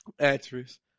actress